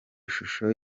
shusho